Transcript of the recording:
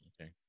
Okay